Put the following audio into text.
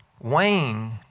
Wayne